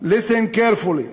listen carefully,